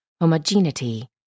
homogeneity